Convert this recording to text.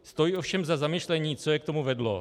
Stojí ovšem za zamyšlení, co je k tomu vedlo.